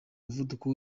muvuduko